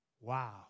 Wow